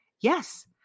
Yes